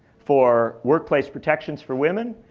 for workplace protections for women,